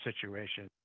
situation